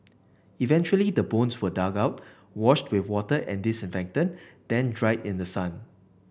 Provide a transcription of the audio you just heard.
eventually the bones were dug out washed with water and disinfectant then dried in the sun